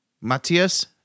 Matthias